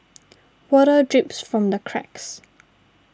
water drips from the cracks